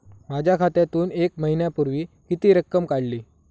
माझ्या खात्यातून एक महिन्यापूर्वी किती रक्कम काढली?